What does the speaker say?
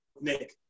Nick